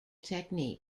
technique